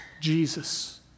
Jesus